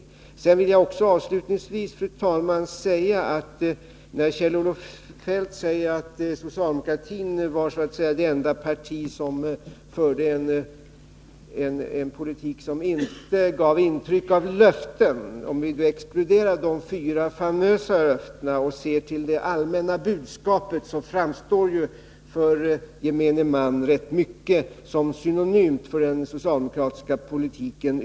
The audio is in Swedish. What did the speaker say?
Slutligen vill jag också, fru talman, ta upp Kjell-Olof Feldts påstående att socialdemokraterna var det enda parti som förde en politik som inte gav intryck av löften. Om vi exkluderar de fyra famösa löftena och ser till det allmänna budskapet, framstår ju för gemene man rätt mycket som synonymt med den socialdemokratiska politiken.